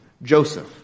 Joseph